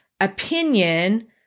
opinion